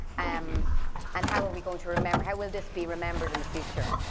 um and how are we going to remember, how will this be remembered in the future?